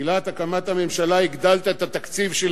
בתחילת הקמת הממשלה הגדלת את התקציב של